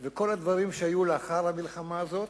וכל הדברים שהיו לאחר המלחמה הזאת,